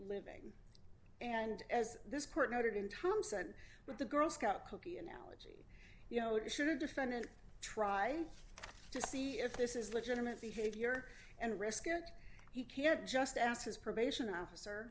living and as this court noted in thomson but the girl scout cookie analogy you know should a defendant try to see if this is legitimate behavior and risk it you can't just ask his probation officer